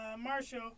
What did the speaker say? Marshall